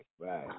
right